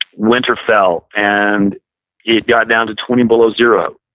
winter fell and it got down to twenty below zero.